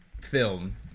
film